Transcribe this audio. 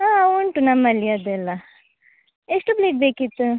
ಹಾಂ ಉಂಟು ನಮ್ಮಲ್ಲಿ ಅದೆಲ್ಲ ಎಷ್ಟು ಪ್ಲೇಟ್ ಬೇಕಿತ್ತು